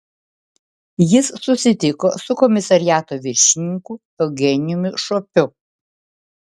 jis susitiko su komisariato viršininku eugenijumi šopiu